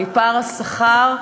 מפער השכר,